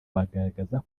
bagaragaza